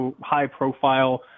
high-profile